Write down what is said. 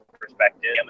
perspective